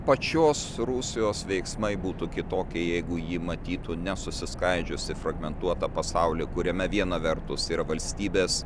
pačios rusijos veiksmai būtų kitokie jeigu ji matytų ne susiskaidžiusį fragmentuotą pasaulį kuriame viena vertus yra valstybės